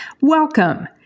Welcome